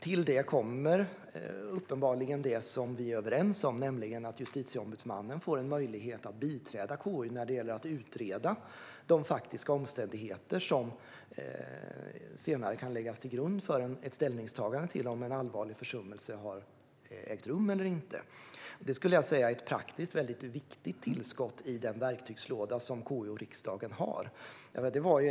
Till detta kommer något som vi uppenbarligen är överens om, nämligen att Justitieombudsmannen får en möjlighet att biträda KU när det gäller att utreda de faktiska omständigheter som senare kan läggas till grund för ett ställningstagande om huruvida en allvarlig försummelse har ägt rum eller inte. Rent praktiskt är detta ett viktigt tillskott i den verktygslåda som KU och riksdagen har.